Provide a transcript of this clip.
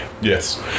Yes